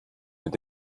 mit